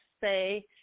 say